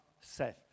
safe